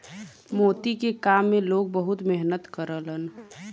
मोती के काम में लोग बहुत मेहनत करलन